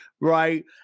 right